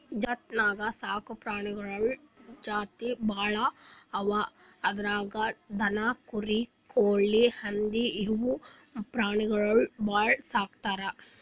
ಜಗತ್ತ್ನಾಗ್ ಸಾಕ್ ಪ್ರಾಣಿಗಳ್ ಜಾತಿ ಭಾಳ್ ಅವಾ ಅದ್ರಾಗ್ ದನ, ಕುರಿ, ಕೋಳಿ, ಹಂದಿ ಇವ್ ಪ್ರಾಣಿಗೊಳ್ ಭಾಳ್ ಸಾಕ್ತರ್